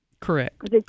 Correct